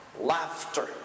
Laughter